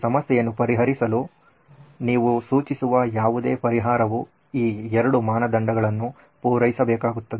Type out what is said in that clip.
ಈ ಸಮಸ್ಯೆಯನ್ನು ಪರಿಹರಿಸಲು ನೀವು ಸೂಚಿಸುವ ಯಾವುದೇ ಪರಿಹಾರವು ಈ ಎರಡೂ ಮಾನದಂಡಗಳನ್ನು ಪೂರೈಸಬೇಕಾಗುತ್ತದೆ